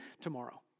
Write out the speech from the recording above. tomorrow